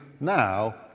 now